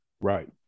Right